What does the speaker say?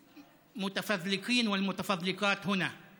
לחלק מהפלספנים שנמצאים פה, )